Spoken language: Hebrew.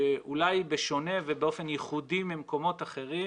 אולי בשונה ובאופן ייחודי ממקומות אחרים,